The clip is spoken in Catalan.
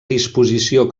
disposició